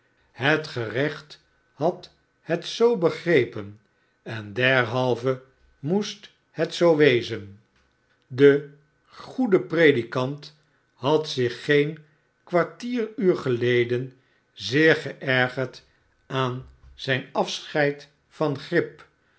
het gerecht had het zoo begrepen en derhalve moest het zoo wezen de goede predikant had zich geen kwartieruurs geleden zeer geergerd aan zijn afscheid van grip